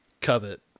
covet